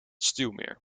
stuwmeer